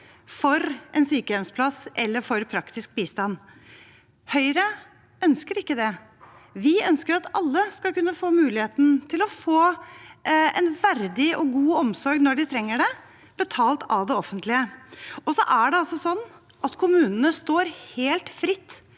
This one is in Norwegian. for en sykehjemsplass eller for praktisk bistand. Høyre ønsker ikke det. Vi ønsker at alle skal kunne få muligheten til å få en verdig og god omsorg når de trenger det, betalt av det offentlige. Det er også slik at kommunene står helt fritt